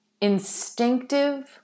Instinctive